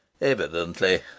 Evidently